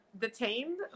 detained